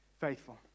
faithful